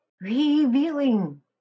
revealing